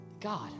God